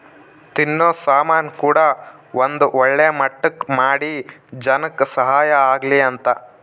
ತಿನ್ನೋ ಸಾಮನ್ ಕೂಡ ಒಂದ್ ಒಳ್ಳೆ ಮಟ್ಟಕ್ ಮಾಡಿ ಜನಕ್ ಸಹಾಯ ಆಗ್ಲಿ ಅಂತ